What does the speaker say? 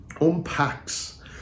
unpacks